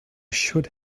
should